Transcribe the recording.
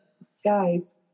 skies